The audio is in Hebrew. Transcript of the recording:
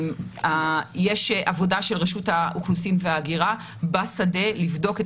יש עבודה של רשות האוכלוסין וההגירה בשדה לבדוק את